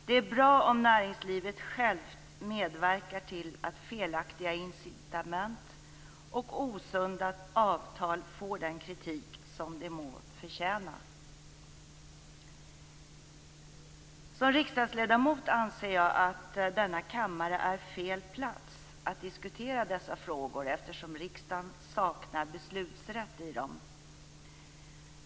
Det är bra om näringslivet självt medverkar till att felaktiga incitament och osunda avtal får den kritik de förtjänar. Som riksdagsledamot anser jag att denna kammare är fel plats att diskutera dessa frågor på, eftersom riksdagen saknar beslutsrätt i dem.